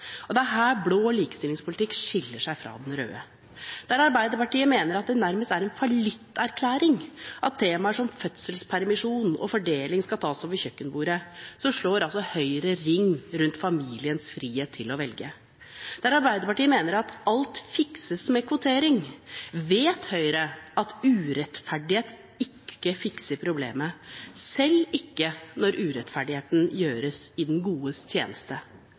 Det er her blå likestillingspolitikk skiller seg fra den røde. Der Arbeiderpartiet mener at det nærmest er en fallitterklæring at temaer som fødselspermisjon og fordeling skal tas over kjøkkenbordet, slår Høyre ring rundt familiens frihet til å velge. Der Arbeiderpartiet mener at alt fikses med kvotering, vet Høyre at urettferdighet ikke fikser problemer, selv ikke når urettferdigheten gjøres i det godes tjeneste.